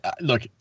Look